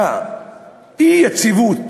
לאי-יציבות